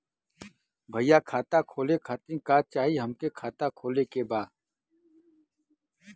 भईया खाता खोले खातिर का चाही हमके खाता खोले के बा?